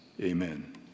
amen